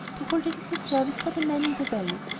to hold a little service for the men in the valley.